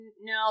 no